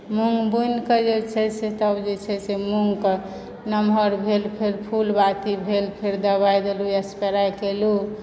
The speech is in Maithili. मूँग बुनिके जे छै से तब जे छै से मूँगके नमहर भेल फेर फूल बाती भेल फेर दवाइ देलहुँ फिर स्प्रे केलहुँ